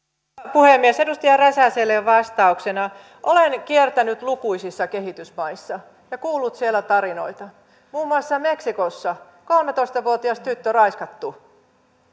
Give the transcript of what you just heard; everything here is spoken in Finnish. puhemies edustaja räsäselle vastauksena olen kiertänyt lukuisissa kehitysmaissa ja kuullut siellä tarinoita muun muassa meksikossa kolmetoista vuotias tyttö raiskattu